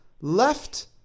left